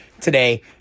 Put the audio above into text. today